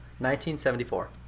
1974